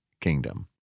kingdom